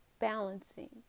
Balancing